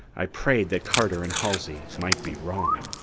i prayed that carter and halsey might be wrong.